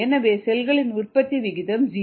எனவே செல்களின் உற்பத்தி விகிதம் ஜீரோ ஆகும்